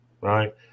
right